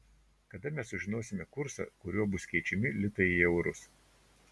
kada mes sužinosime kursą kuriuo bus keičiami litai į eurus